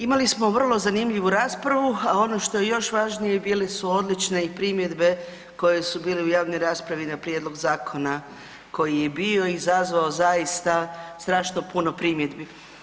Imali smo vrlo zanimljivu raspravu, a ono što je još važnije bile su odlične i primjedbe koje su bile u javnoj raspravi na prijedlog zakona koji je bio izazvao zaista strašno puno primjedbi.